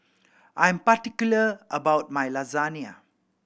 I am particular about my Lasagna